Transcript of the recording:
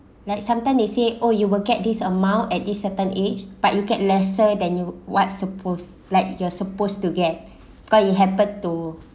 like sometime they say oh you will get this amount at this certain age but you get lesser than you what's supposed like you're supposed to get cause it happen to